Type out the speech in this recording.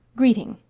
greeting.